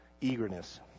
eagerness